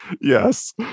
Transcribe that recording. Yes